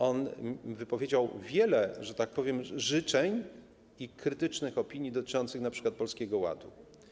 On wypowiedział wiele, że tak powiem, życzeń i krytycznych opinii dotyczących np. Polskiego Ładu.